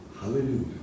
Hallelujah